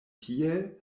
tiel